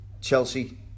Chelsea